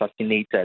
assassinated